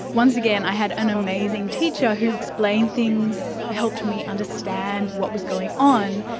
once again, i had an amazing teacher who explained things, helped me understand what was going on,